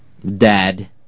Dad